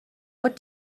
what